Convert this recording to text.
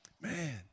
Man